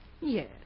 Yes